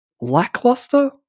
lackluster